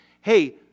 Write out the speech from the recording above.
hey